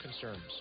concerns